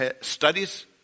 studies